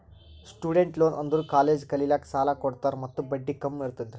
student loan ಅಂದುರ್ college ಕಲಿಲ್ಲಾಕ್ಕ್ ಸಾಲ ಕೊಡ್ತಾರ ಮತ್ತ ಬಡ್ಡಿ ಕಮ್ ಇರ್ತುದ್